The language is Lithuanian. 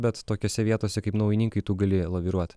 bet tokiose vietose kaip naujininkai tu gali laviruot